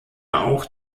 auch